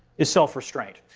is self-restraint.